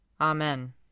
Amen